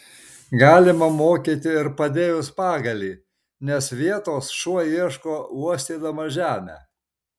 galima mokyti ir padėjus pagalį nes vietos šuo ieško uostydamas žemę